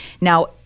Now